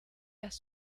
las